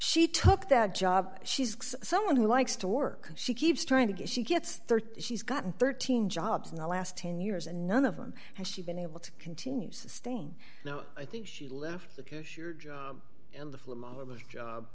she took that job she's someone who likes to work she keeps trying to get she gets thirty she's gotten thirteen jobs in the last ten years and none of them has she been able to continue sustain now i think she left because your job and the job